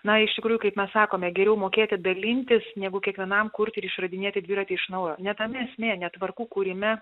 na iš tikrųjų kaip mes sakome geriau mokėti dalintis negu kiekvienam kurt ir išradinėti dviratį iš naujo ne tame esmė ne tvarkų kūrime